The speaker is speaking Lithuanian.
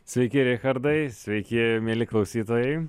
sveiki richardai sveiki mieli klausytojai